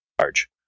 large